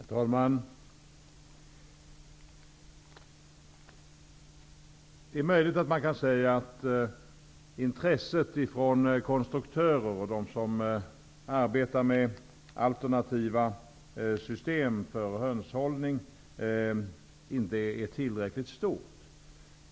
Herr talman! Det är möjligt att man kan säga att intresset från konstruktörer och från dem som arbetar med alternativa system för hönshållning inte är tillräckligt stort.